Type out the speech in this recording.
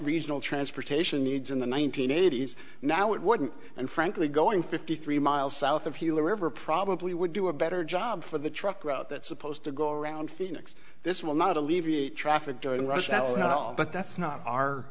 regional transportation needs in the one nine hundred eighty s now it wouldn't and frankly going fifty three miles south of healing river probably would do a better job for the truck route that's supposed to go around phoenix this will not alleviate traffic during rush hour but that's not our